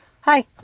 hi